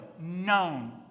known